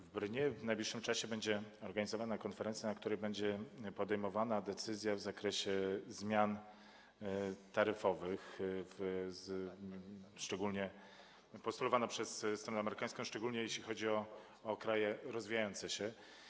W Bernie w najbliższym czasie będzie organizowana konferencja, na której będzie podejmowana decyzja w zakresie zmian taryfowych, szczególnie postulowanych przez stronę amerykańską, zwłaszcza jeśli chodzi o kraje rozwijające się.